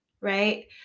Right